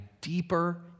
deeper